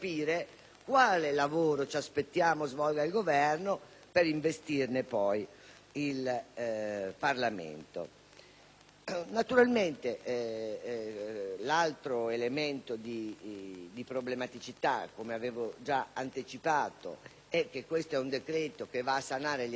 quale lavoro ci aspettiamo svolga il Governo per investirne successivamente il Parlamento. L'altro elemento di problematicità, come avevo già anticipato, è che questo decreto va a sanare gli errori